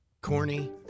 Corny